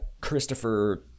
Christopher